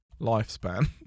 lifespan